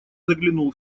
заглянул